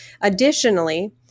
Additionally